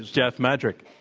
jeff madrick.